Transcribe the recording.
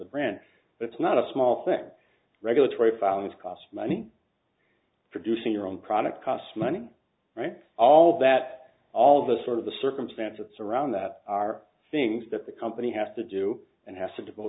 brand it's not a small thing regulatory filings cost money producing your own product costs money right all that all the sort of the circumstances around that are things that the company has to do and has to devote